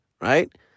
right